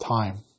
time